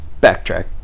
backtrack